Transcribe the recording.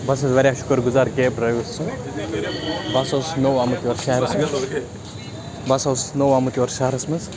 بہٕ حظ چھُس واریاہ شُکُر گُزار کیب ڈرٛایوَر سُنٛد بہٕ ہَسا اوسُس نوٚو آمُت یور شہرَس منٛز بہٕ ہَسا اوسُس نوٚو آمُت یور شہرَس منٛز